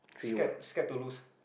scared scared to lose